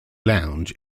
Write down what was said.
lounge